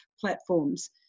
platforms